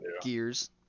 Gears